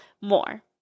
more